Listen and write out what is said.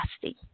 fasting